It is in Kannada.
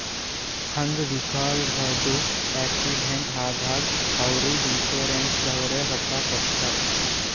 ಅಂಗ್ ವಿಕಲ್ರದು ಆಕ್ಸಿಡೆಂಟ್ ಆದಾಗ್ ಅವ್ರಿಗ್ ಇನ್ಸೂರೆನ್ಸದವ್ರೆ ರೊಕ್ಕಾ ಕೊಡ್ತಾರ್